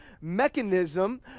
mechanism